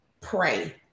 Pray